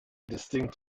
distinct